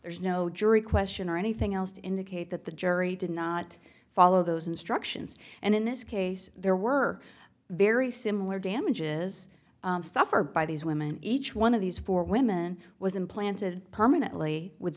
there's no jury question or anything else to indicate that the jury did not follow those instructions and in this case there were very similar damages suffered by these women each one of these four women was implanted permanently with